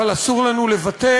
אבל אסור לנו לוותר,